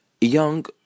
young